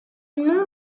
nom